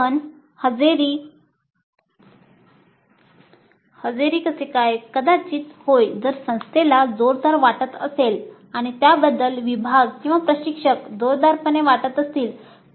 पण हजेरी कदाचित होय जर संस्थेला जोरदार वाटत असेल किंवा त्याबद्दल विभाग किंवा प्रशिक्षक जोरदारपणे वाटत असतील तर